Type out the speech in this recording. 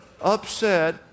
upset